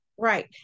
Right